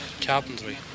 Carpentry